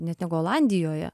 net negu olandijoje